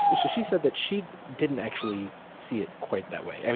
she she said that she didn't actually see it quite that way. and